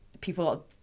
people